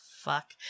Fuck